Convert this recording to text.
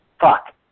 Fuck